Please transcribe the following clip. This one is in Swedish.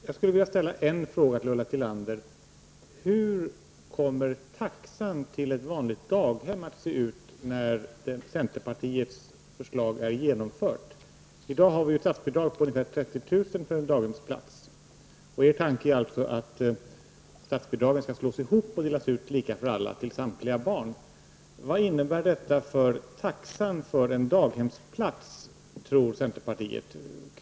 Herr talman! Jag skulle vilja ställa en fråga till Ulla Tillander: Hur kommer taxan till ett vanligt daghem att se ut när centerpartiets förslag är genomfört? I dag har vi ett statsbidrag på ungefär 30 000 kr. per daghemsplats. Er tanke är alltså att statsbidragen skall slås ihop och delas ut lika för alla, till samtliga barn. Vad innebär det för taxan för en daghemsplats?